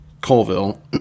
Colville